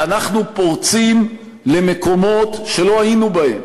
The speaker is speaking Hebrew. ואנחנו פורצים למקומות שלא היינו בהם,